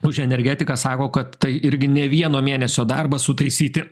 už energetiką sako kad tai irgi ne vieno mėnesio darbas sutaisyti